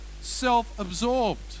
self-absorbed